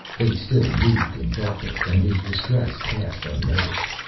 they still moved in darkness and his distress passed unnoticed.